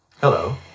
Hello